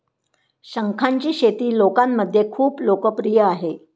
शंखांची शेती लोकांमध्ये खूप लोकप्रिय आहे